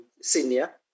senior